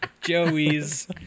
Joey's